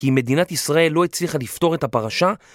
כי מדינת ישראל לא הצליחה לפתור את הפרשה